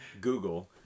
google